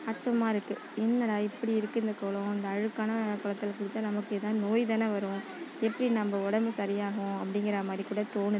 அச்சமாக இருக்குது என்னடா இப்படி இருக்குது இந்த கொளம் இந்த அழுக்கான குளத்துல குளிச்சால் நமக்கு எதாது நோய்தானே வரும் எப்படி நம்ம உடம்பு சரியாகும் அப்படிங்கறா மாதிரி கூட தோணுது